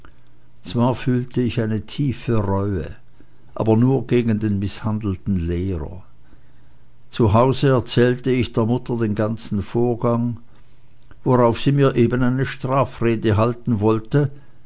zwar fühlte ich eine tiefe reue aber nur gegen den mißhandelten lehrer zu hause erzählte ich der mutter den ganzen vorgang worauf sie mir eben eine strafrede halten wollte